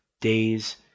days